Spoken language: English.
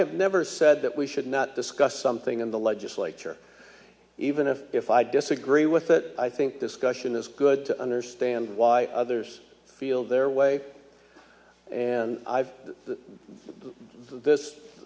have never said that we should not discuss something in the legislature even if if i disagree with that i think discussion is good to understand why others feel their way and i've